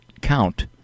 count